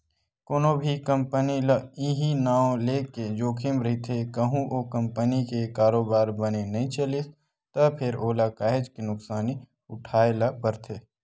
कोनो भी कंपनी ल इहीं नांव लेके जोखिम रहिथे कहूँ ओ कंपनी के कारोबार बने नइ चलिस त फेर ओला काहेच के नुकसानी उठाय ल परथे